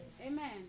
Amen